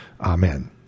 amen